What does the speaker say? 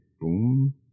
Boom